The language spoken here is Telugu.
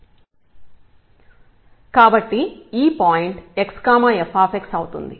కాబట్టి ఈ పాయింట్ x f అవుతుంది